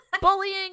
Bullying